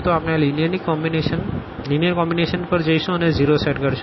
તો આપણે આ લીનીઅર કોમ્બીનેશન લઈશું અને 0 સેટ કરશું